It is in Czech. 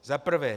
Za prvé.